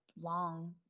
long